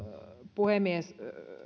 puhemies